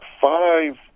five